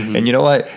and you know what,